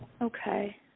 Okay